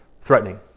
threatening